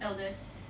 eldest